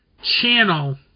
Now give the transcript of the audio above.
channel